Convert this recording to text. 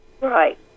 Right